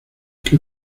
que